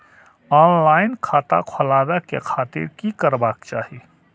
Online खाता खोलाबे के खातिर कि करबाक चाही?